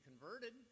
converted